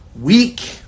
week